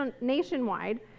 nationwide